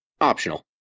Optional